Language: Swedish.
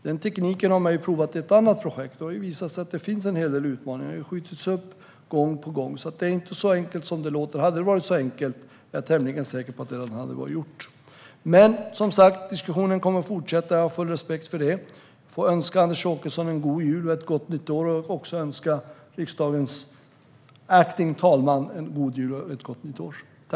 Den tekniken har man ju provat i ett annat projekt, och det har visat sig att det finns en hel del utmaningar. Det har skjutits upp gång på gång. Det är inte så enkelt som det låter. Hade det varit så enkelt är jag tämligen säker på att det redan hade varit gjort. Men som sagt kommer diskussionen att fortsätta. Jag har full respekt för det. Jag får önska Anders Åkesson en god jul och ett gott nytt år. Jag vill också önska riksdagens acting talman en god jul och ett gott nytt år.